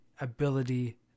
ability